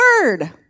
Word